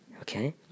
Okay